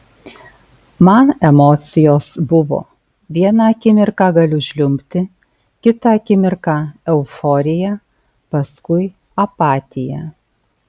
man emocijos buvo vieną akimirką galiu žliumbti kitą akimirką euforija paskui apatija